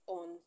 on